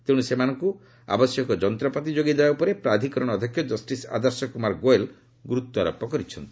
ତେଣୁ ସେମାନଙ୍କୁ ଆବଶ୍ୟକୀୟ ଯନ୍ତ୍ରପାତି ଯୋଗାଇ ଦେବା ଉପରେ ପ୍ରାଧିକରଣର ଅଧ୍ୟକ୍ଷ ଜଷ୍ଟିସ୍ ଆଦର୍ଶକୁମାର ଗୋଏଲ୍ ଗୁରୁତ୍ୱାରୋପ କରିଛନ୍ତି